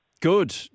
Good